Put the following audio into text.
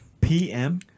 PM